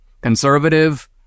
conservative